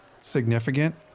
significant